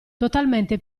totalmente